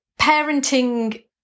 parenting